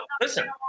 listen